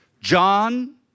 John